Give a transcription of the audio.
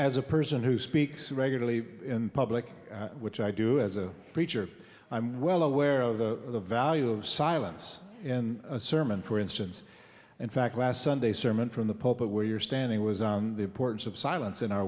as a person who speaks regularly in public which i do as a preacher i'm well aware of the value of silence and a sermon for instance in fact last sunday sermon from the pulpit where you're standing was the importance of silence in our